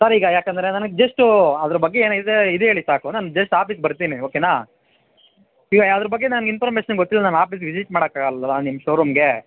sir ಈಗ ಯಾಕೆಂದರೆ ನನಗೆ ಜಸ್ಟು ಅದರ ಬಗ್ಗೆ ಏನಿದೆ ಇದು ಹೇಳಿ ಸಾಕು ನಾನು ಜಸ್ಟ್ ಆಫೀಸ್ ಬರ್ತೀನಿ ಓಕೆನಾ ನೀವದರ ಬಗ್ಗೆ ನನಗೆ ಇನ್ಫಾರ್ಮೇಶನ್ ಗೊತ್ತಿಲ್ಲ ನಾನು ಆಫೀಸ್ ವಿಸಿಟ್ ಮಾಡಕ್ಕಾಗಲ್ಲಲ್ಲಾ ನಿಮ್ಮ ಶೋರೂಮ್ಗೆ